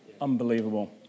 Unbelievable